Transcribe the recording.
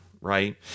right